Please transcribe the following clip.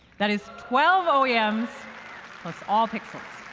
that is twelve oems plus all pixels.